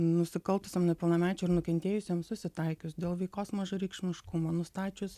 nusikaltusiam nepilnamečiui ir nukentėjusiam susitaikius dėl veikos mažareikšmiškumo nustačius